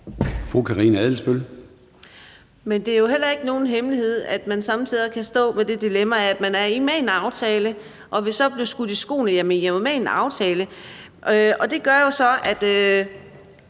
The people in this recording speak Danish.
det er jo heller ikke nogen hemmelighed, at man somme tider kan stå med det dilemma, at man er med i en aftale og så vil blive skudt i skoene: Jamen, I er jo med i en aftale. Og det gør jo så, at